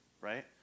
right